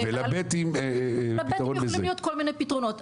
לב' יכולים להיות כל מיני פתרונות.